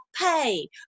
pay